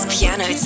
Piano